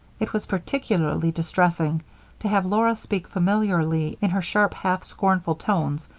it was particularly distressing to have laura speak familiarly in her sharp, half-scornful tones,